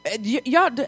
Y'all